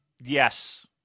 yes